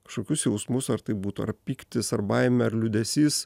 kokius jausmus ar tai būtų ar pyktis ar baimė ar liūdesys